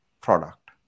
product